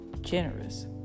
generous